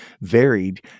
varied